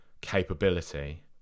capability